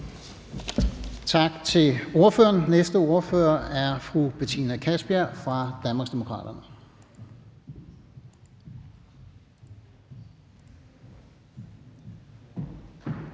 Tak til ordføreren. Næste ordfører er fru Betina Kastbjerg fra Danmarksdemokraterne.